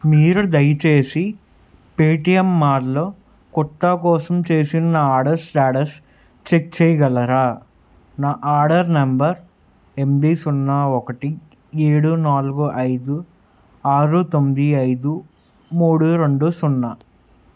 మీరు దయచేసి పేటీఎం మాల్లో కుర్తా కోసం చేసిన నా ఆడర్స్ స్టేటస్ చెక్ చేయగలరా నా ఆడర్ నెంబర్ ఎనిమిది సున్నా ఒకటి ఏడు నాలుగు ఐదు ఆరు తొమ్మిది ఐదు మూడు రెండు సున్నా